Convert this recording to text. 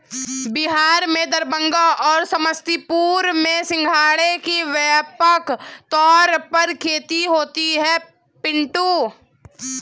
बिहार में दरभंगा और समस्तीपुर में सिंघाड़े की व्यापक तौर पर खेती होती है पिंटू